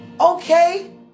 Okay